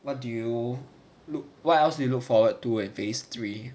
what do you look what else you look forward to at phase three